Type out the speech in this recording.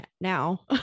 now